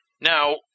Now